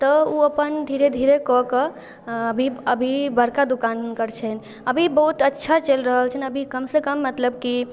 तऽ ओ अपन धीरे धीरे कऽ कऽ आओर अभी अभी बड़का दोकान हुनकर छनि अभी बहुत अच्छा चलि रहल छनि अभी कमसँ कम मतलब कि